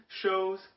shows